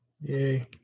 Yay